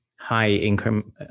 high-income